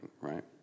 right